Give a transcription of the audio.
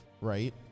right